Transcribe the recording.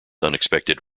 unexpected